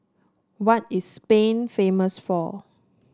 what is Spain famous for